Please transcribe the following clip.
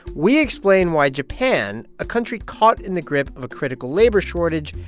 we explain why japan, a country caught in the grip of a critical labor shortage,